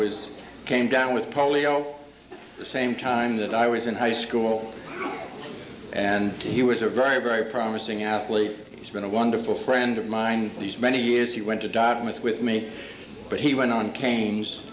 was came down with polio the same time that i was in high school and he was a very very promising athlete he's been a wonderful friend of mine these many years he went to dartmouth with me but he went on ca